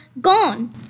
gone